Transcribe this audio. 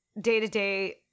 day-to-day